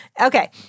Okay